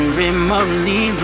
remotely